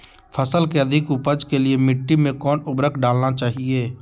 फसल के अधिक उपज के लिए मिट्टी मे कौन उर्वरक डलना चाइए?